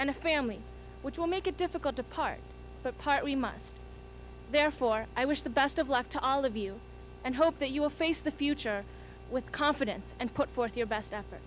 and a family which will make it difficult to part but part we must therefore i wish the best of luck to all of you and hope that you will face the future with confidence and put forth your best effort